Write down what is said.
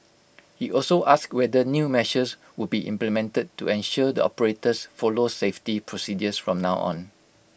he also asked whether new measures would be implemented to ensure the operators follow safety procedures from now on